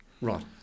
Right